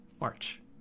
March